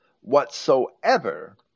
whatsoever